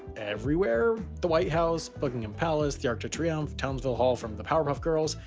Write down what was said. everywhere? the white house, buckingham palace, the arc de triomphe, townsville hall from the powerpuff girls.